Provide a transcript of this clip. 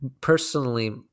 personally